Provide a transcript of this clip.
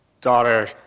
daughter